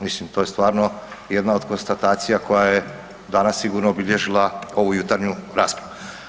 Mislim to je stvarno jedna od konstatacija koja je danas sigurno obilježila ovu jutarnju raspravu.